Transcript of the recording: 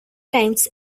times